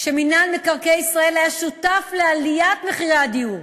מינהל מקרקעי ישראל היה שותף לעליית מחירי הדיור.